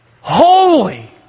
holy